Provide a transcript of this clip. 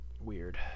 weird